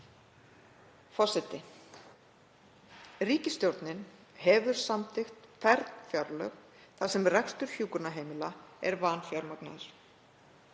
Forseti. Ríkisstjórnin hefur samþykkt fern fjárlög þar sem rekstur hjúkrunarheimila er vanfjármagnaður.